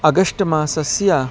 अगष्ट् मासस्य